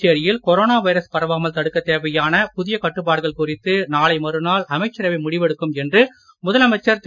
புதுச்சேரியில் corona virus பரவாமல் தடுக்கத் தேவையான புதிய கட்டுப்பாடுகள் குறித்து நாளை மறுநாள் அமைச்சரவை முடிவெடுக்கும் என்று முதலமைச்சர் திரு